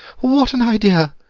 what an idea!